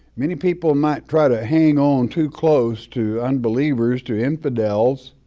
many people might try to hang on too close to unbelievers, to infidels,